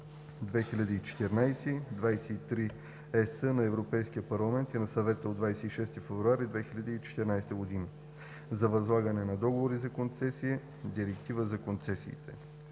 2014/23/ЕС на Европейския парламент и на Съвета от 26 февруари 2014 г. за възлагане на договори за концесия (Директива за концесиите).